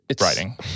writing